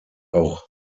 auch